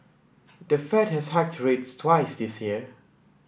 the Fed has hiked rates twice this year